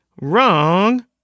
wrong